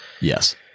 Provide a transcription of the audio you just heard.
yes